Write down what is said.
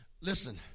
listen